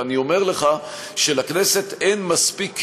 ואני אומר לך שלכנסת אין מספיק כלים,